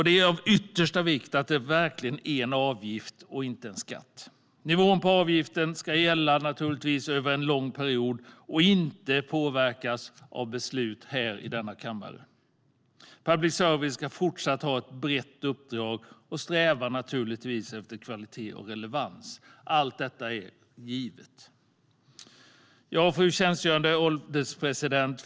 Det är av yttersta vikt att detta verkligen är en avgift och inte en skatt. Nivån på avgiften ska gälla för en lång period och inte påverkas av beslut här i denna kammare. Public service ska fortsatt ha ett brett uppdrag och sträva efter kvalitet och relevans. Allt detta är givet. Fru ålderspresident!